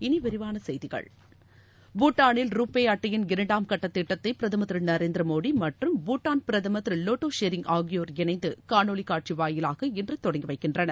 இனி விரிவான செய்திகள் பூட்டானில் ரூபே அட்டையின் இரண்டாம் கட்டத் திட்டத்தை பிரதமர் திரு நரேந்திர மோடி மற்றும் பூட்டாள் பிரதமர் திரு வோட்டே ஷெரிங் ஆகியோர் இணைந்து காணொலிக் காட்சி வாயிலாக இன்று தொடங்கி வைக்கின்றனர்